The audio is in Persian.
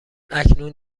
اکنون